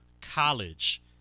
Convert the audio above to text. college